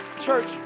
Church